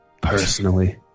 personally